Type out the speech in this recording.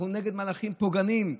אנחנו נגד מהלכים פוגעניים.